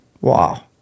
Wow